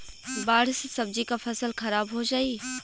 बाढ़ से सब्जी क फसल खराब हो जाई